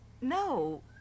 No